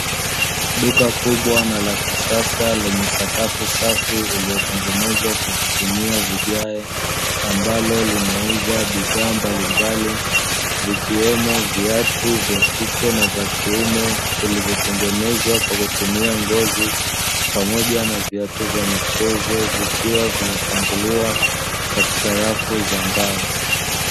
Duka kubwa na la kisasa lenye sakafu safi liliyotengenezwa kwa kutumia vigae ambalo linauza bidhaa mbalimbali, vikiwemo viatu vya kike na vya kiume vilivyotengenezwa kwa kutumia ngozi, pamoja na viatu vya michezo vikiwa vimepangiliwa katika rafu za mbao.